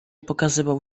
pokazywał